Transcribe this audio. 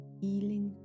healing